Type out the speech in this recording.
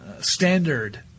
standard